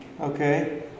Okay